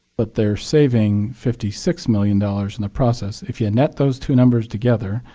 but they're saving fifty six million dollars in the process. if you net those two numbers together,